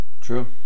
True